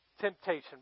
temptation